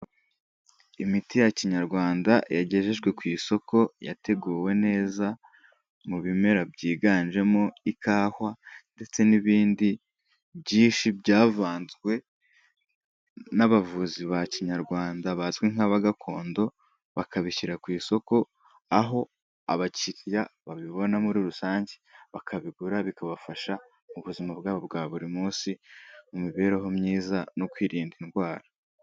Imiti ya kinyarwanda yagejejwe ku isoko, yateguwe neza mu bimera byiganjemo ikawa ndetse n'ibindi byinshi byavanzwe n'abavuzi ba kinyarwanda bazwi nk'aba gakondo, bakabishyira ku isoko, aho abakiriya babibona muri rusange bakabigura, bikabafasha mu buzima bwabo bwa buri munsi mu mibereho myiza no kwirinda indwara.